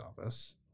office